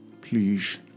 Please